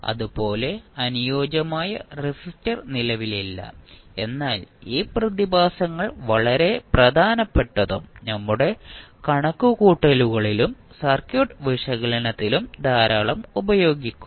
അതുപോലെ അനുയോജ്യമായ റെസിസ്റ്റർ നിലവിലില്ല എന്നാൽ ഈ പ്രതിഭാസങ്ങൾ വളരെ പ്രധാനപ്പെട്ടതും നമ്മുടെ കണക്കുകൂട്ടലുകളിലും സർക്യൂട്ട് വിശകലനത്തിലും ധാരാളം ഉപയോഗിക്കും